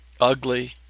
ugly